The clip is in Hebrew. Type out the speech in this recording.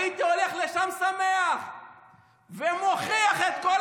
הייתי הולך לשם שמח ומוכיח אני גם,